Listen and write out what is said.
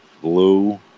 blue